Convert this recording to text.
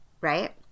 right